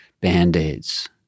Band-Aids